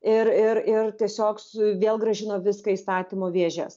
ir ir ir tiesiog su vėl grąžino viską į įstatymo vėžes